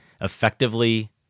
effectively